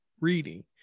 reading